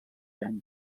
any